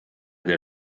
der